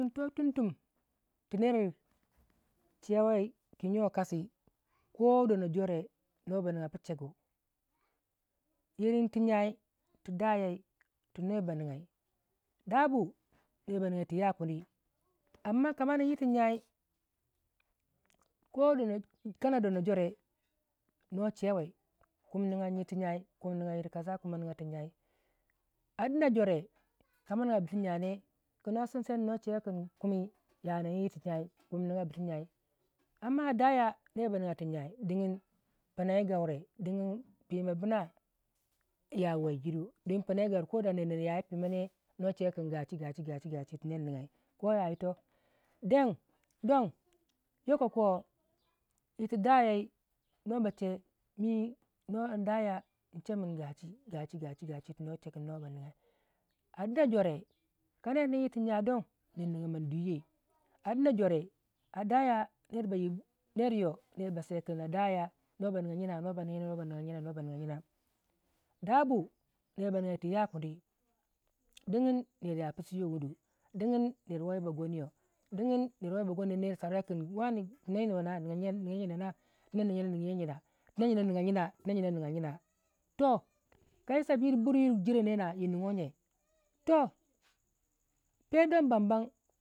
yirimu to tum- tum tiner chewei kin yo kasi ko dono jore noba nipu shegu irin tu gyai tu da yai tuner ba nigyai dabu ner ba nigya yir tu yakuni amma kama ning yir ti jyai kodono kana dono jore nochewei kin nigya yir twii gyai kumi niga yirkasa kumi nika yir twii jyai ar dina jore kama nigyabu tu jyane kino sissai no chewei kin kumi ya nin yirtu jyai yanigyi yir tu jyai kumi niga bu tu jyai amma a daya ner ba niga tu jyai dikin pina yi gaure digin pima bina ya wei iru pina yi gaure ko ner yayi pima ne no chewe kin gachi gachi gachi gachi tu ner nigyai ko ya yito tong yokoko yiti dayai noba che mii no ndaya iche min gachi gachi gachi tuno che kin noba nigya a dina jore ka ner nin yirtu gya don yi nagyanman dwiyei adin jore a daya ner ba yi bol neryo nerba se kin adaya no ba nigya yina no ba nigyayine dabu ner ba niga yir tu yakuni gin ner ya pisu yo wunuyo digin ner woi bagoniyo digin ner woi ba goniyo sarokin wane nigyajyina na tina niga yina tina nigiyajina tina nigiya jyina tina jyina nigiyina kai sabi yir bur yiri jirai nena yi nigyogye toh pero don